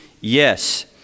yes